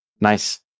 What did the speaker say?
nice